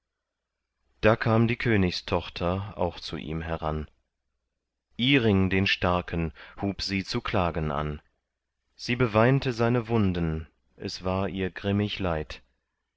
da kam die königstochter auch zu ihm heran iring den starken hub sie zu klagen an sie beweinte seine wunden es war ihr grimmig leid